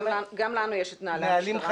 גם לנו יש את נהלי המשטרה.